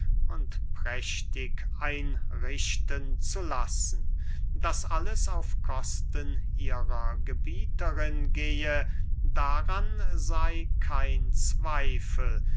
und prächtig einrichten zu lassen daß alles auf kosten ihrer gebieterin gehe daran sey kein zweifel